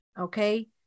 Okay